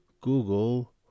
Google